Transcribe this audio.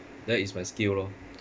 that is my skill lor